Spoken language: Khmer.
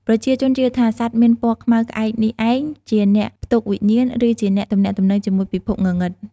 ប្រជាជនជឿថា សត្វមានពណ៌ខ្មៅក្អែកនេះឯង ជាអ្នកផ្ទុកវិញ្ញាណឬជាអ្នកទំនាក់ទំនងជាមួយពិភពងងឹត។